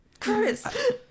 Chris